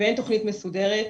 ואין תכנית מסודרת.